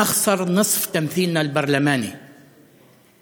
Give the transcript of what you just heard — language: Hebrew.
אנו מפסידים חצי מהייצוג הפרלמנטרי שלנו,